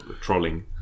trolling